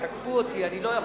תקפו אותי, אני לא יכול.